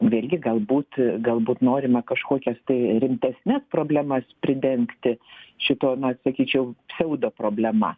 vėlgi galbūt galbūt norima kažkokias tai rimtesnes problemas pridengti šita na sakyčiau pseudo problema